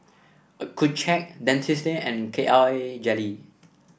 Accucheck Dentiste and K I jelly